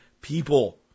people